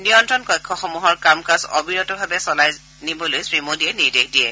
নিয়ন্ত্ৰণ কক্ষসমূহৰ কাম কাজ অবিৰতভাৱে চলাই যাবলৈ শ্ৰীমোদীয়ে নিৰ্দেশ দিয়ে